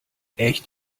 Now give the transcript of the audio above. echt